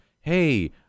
hey